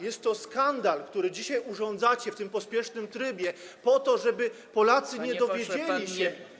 Jest to skandal, który dzisiaj urządzacie w tym pospiesznym trybie, żeby Polacy nie dowiedzieli się.